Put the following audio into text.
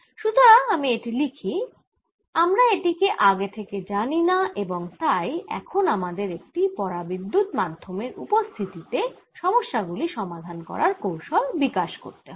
সুতরাং আমি এটি লিখি আমরা এটিকে আগে থেকে জানি না এবং তাই এখন আমাদের একটি পরাবিদ্যুত মাধ্যমের উপস্থিতিতে সমস্যাগুলি সমাধান করার কৌশল বিকাশ করতে হবে